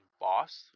boss